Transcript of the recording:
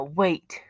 wait